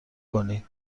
کنید